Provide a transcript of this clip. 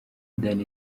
danny